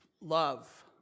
love